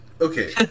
okay